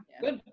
good